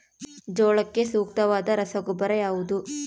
ಜೋಳಕ್ಕೆ ಸೂಕ್ತವಾದ ರಸಗೊಬ್ಬರ ಯಾವುದು?